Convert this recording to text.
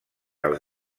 als